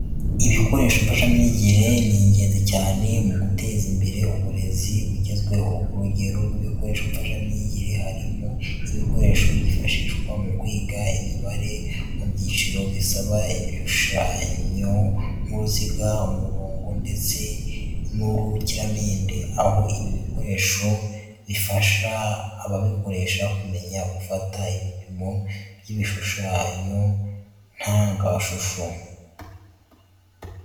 Ibikoresho mfashamyigire ni ingenzi cyane mu guteza imbere uburezi bugezweho, urugero rw'ibikoresho mfashamyigire harimo ibikoresho byifashishwa mu kwiga imibare mu byiciro bisaba ibishushanyo nk'uruziga, umurongo, ndetse n'urukiramende, aho ibi bikoresho bifasha ababikoresha kumenya gufata ibipimo by'ibishushanyo ntangashusho.